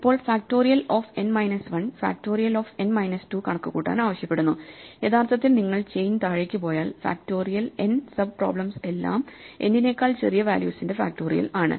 ഇപ്പോൾ factorial of n minus 1 factorial of n minus 2 കണക്കുകൂട്ടാൻ ആവശ്യപ്പെടുന്നു യഥാർത്ഥത്തിൽ നിങ്ങൾ ചെയിൻ താഴേക്ക് പോയാൽ ഫാക്റ്റോറിയൽ എൻ സബ് പ്രോബ്ലെംസ് എല്ലാം n നേക്കാൾ ചെറിയ വാല്യൂസിന്റെ ഫക്ടോറിയൽ ആണ്